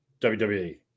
WWE